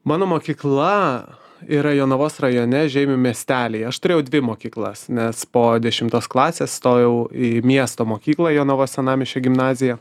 mano mokykla yra jonavos rajone žeimių miestelyje aš turėjau dvi mokyklas nes po dešimtos klasės stojau į miesto mokyklą jonavos senamiesčio gimnaziją